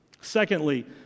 Secondly